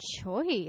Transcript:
choice